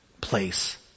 place